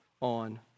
on